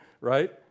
right